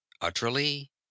utterly